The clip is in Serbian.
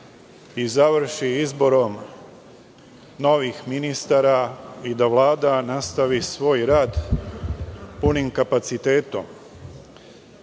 se završi izborom novih ministara i da Vlada nastavi svoj rad punim kapacitetom. Dozvoliću